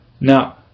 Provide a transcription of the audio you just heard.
Now